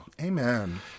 Amen